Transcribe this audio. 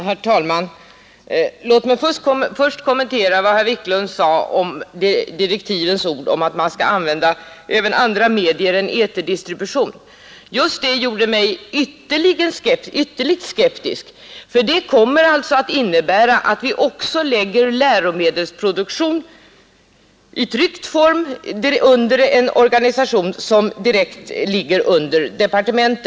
Herr talman! Låt mig först kommentera vad herr Wiklund i Härnösand sade om direktivens ord om att kommittén skall överväga även annan distribution än via etermedia. Just det gjorde mig ytterligt skeptisk, ty det kommer att innebära att vi också lägger produktion av läromedel i tryckt form under en organisation som direkt lyder under departementet.